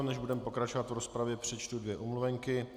Než budeme pokračovat v rozpravě, přečtu dvě omluvenky.